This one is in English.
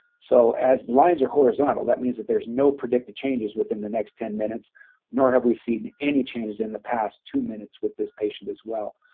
so as the lines are horizontal that means that there's no predicted changes within the next ten minutes nor have we seen any changes in the past two minutes with this patient as well?